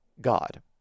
God